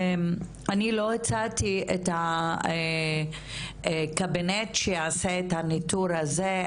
אני לא הצעתי את הקבינט שיעשה את הניטור הזה,